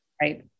Right